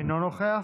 אינו נוכח,